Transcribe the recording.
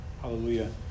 Hallelujah